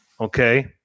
okay